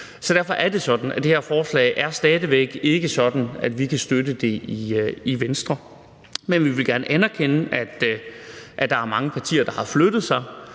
Derfor er det sådan, at det her forslag stadig væk ikke er sådan, at vi kan støtte det i Venstre, men vi vil gerne anerkende, at der er mange partier, der har flyttet sig